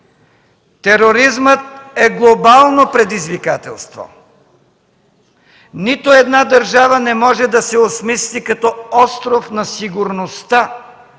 Тероризмът е глобално предизвикателство. Нито една държава не може да се осмисли като остров на сигурността